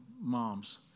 moms